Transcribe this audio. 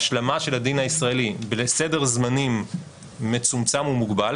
ההשלמה של הדין הישראלי בסדר זמנים מצומצם ומוגבל,